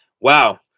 wow